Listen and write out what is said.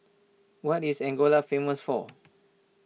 what is Angola famous for